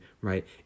right